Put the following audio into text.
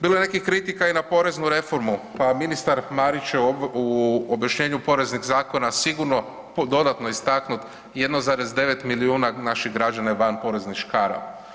Bilo je nekih kritika i na poreznu reformu, pa ministar Marić je u objašnjenju poreznih zakona sigurno dodatno istaknut 1,9 milijuna naših građana je van poreznih škara.